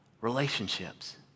relationships